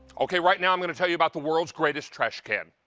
okay. right now i'm going to tell you about the world's greatest trash can.